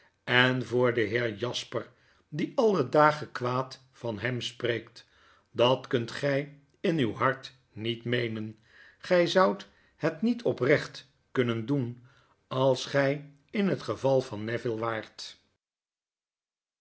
en voor den heer jasper die alle dagen kwaad van hem spreekt dat kunt gg in uw hart niet meenen gy zoudthetniet oprecht kunnen doen als gg in het gevalvan neville waart